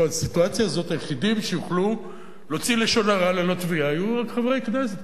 בסיטואציה הזאת היחידים שיוכלו להוציא לשון הרע יהיו חברי כנסת,